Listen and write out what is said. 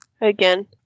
Again